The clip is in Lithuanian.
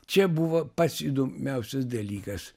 čia buvo pats įdomiausias dalykas